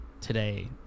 today